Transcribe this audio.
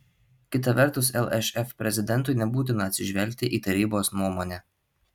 kita vertus lšf prezidentui nebūtina atsižvelgti į tarybos nuomonę